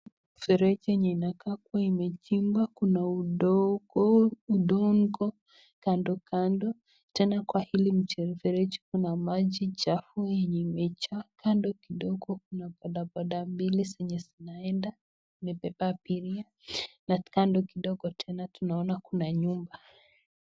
Mfereji yenye inakaa kuwa imejengwa kuna udongo kando kando. Tena kwa hili mfereji kuna maji chafu yenye imejaa. Kando kidogo kuna bodaboda mbili zenye zinaenda. imebeba abiria. Na kando kidogo tena tunaona kuna nyumba.